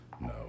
No